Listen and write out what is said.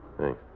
Thanks